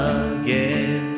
again